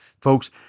Folks